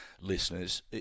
listeners